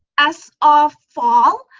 as of fall,